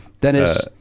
Dennis